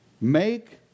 make